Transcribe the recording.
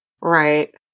Right